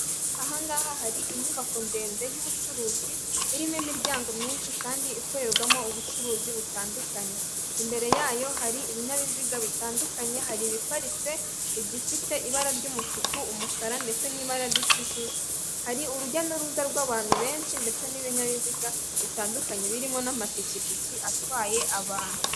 Aha ngaha hari inyubako ndende y'ubucuruzi irimo imiryango myinshi kandi ikorerwamo ubucuruzi butandukanye, imbere yayo hari ibinyabiziga bitandukanye, hari ibiparitse, igifite ibara ry'umutuku, umukara ndetse n'ibara ry'ikijuju, hari urujya n'uruza rw'abantu benshi ndetse n'ibinyabiziga bitandukanye birimo n'amapikipiki atwaye abantu.